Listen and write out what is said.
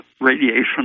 radiation